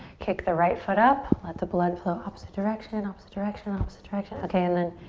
kick the right foot up. let the blood flow opposite direction, and opposite direction, opposite direction. okay and then